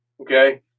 okay